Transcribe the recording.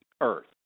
earth